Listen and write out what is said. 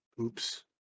Oops